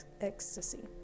ecstasy